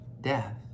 death